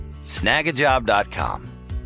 snagajob.com